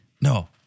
No